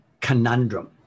conundrum